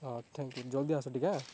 ହଁ thank you ଜଲଦି ଆସ ଟିକେ ଆ